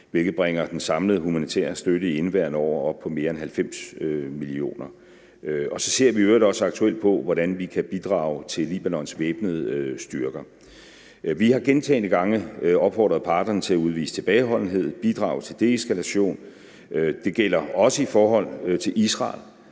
hvilket bringer den samlede humanitære støtte i indeværende år op på mere end 90 mio. kr. Så ser vi i øvrigt også aktuelt på, hvordan vi kan bidrage til Libanons væbnede styrker. Vi har gentagne gange opfordret parterne til at udvise tilbageholdenhed og bidrage til en deeskalation. Det gælder også i forhold til Israel,